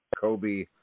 Kobe